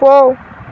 போ